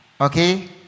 Okay